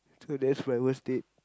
so that's my worst date